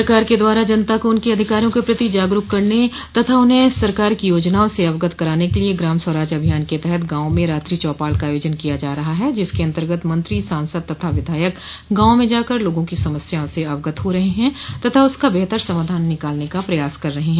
सरकार के द्वारा जनता को उनके अधिकारों के प्रति जागरूक करने तथा उन्हें सरकार की योजनाओं से अवगत कराने के लिये ग्राम स्वराज अभियान के तहत गांवों म रात्रि चौपाल का आयोजन किया जा रहा है जिसके अन्तर्गत मंत्री सांसद तथा विधायक गांवों में जाकर लोगों की समस्याओं से अवगत हो रहे है तथा उसका बेहतर समाधान निकालने का प्रयास कर रहे है